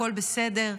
הכול בסדר,